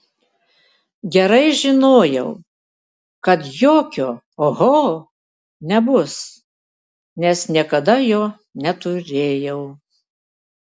gerai žinojau kad jokio oho nebus nes niekada jo neturėjau